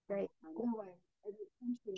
Right